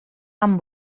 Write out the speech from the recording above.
amb